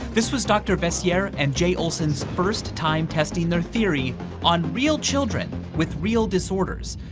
this was dr. veissiere and jay olsen's first time testing their theory on real children with real disorders.